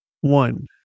One